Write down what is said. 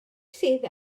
sydd